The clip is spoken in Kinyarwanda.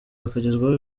bakegerezwa